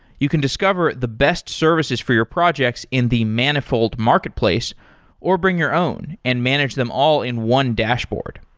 you can discover the best services for your projects in the manifold marketplace or bring your own and manage them all in one dashboard.